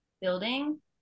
building